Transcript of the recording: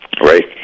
Right